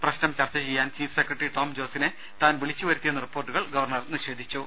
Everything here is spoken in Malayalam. പ്രശ്നം ചർച്ച ചെയ്യാൻ ചീഫ് സെക്രട്ടറി ടോംജോസിനെ താൻ വിളിച്ചുവരുത്തിയെന്ന റിപ്പോർട്ടുകൾ ഗവർണർ നിഷേധിച്ചു